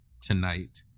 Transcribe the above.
tonight